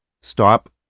stop